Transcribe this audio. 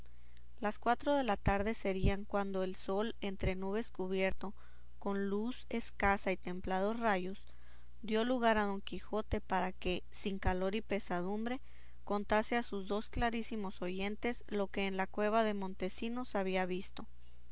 las cuatro de la tarde serían cuando el sol entre nubes cubierto con luz escasa y templados rayos dio lugar a don quijote para que sin calor y pesadumbre contase a sus dos clarísimos oyentes lo que en la cueva de montesinos había visto